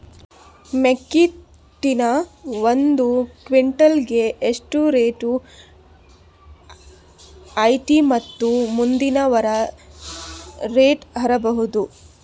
ಮೆಕ್ಕಿ ತೆನಿ ಒಂದು ಕ್ವಿಂಟಾಲ್ ಗೆ ಎಷ್ಟು ರೇಟು ಐತಿ ಮತ್ತು ಮುಂದಿನ ವಾರ ರೇಟ್ ಹಾರಬಹುದ?